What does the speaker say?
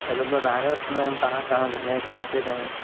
आ तो बनारस में हम कहाँ कहाँ घूमे कैसे रहें